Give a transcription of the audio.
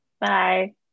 Bye